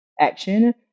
action